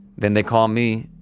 then they call me.